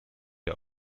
der